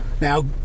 Now